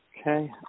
Okay